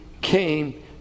came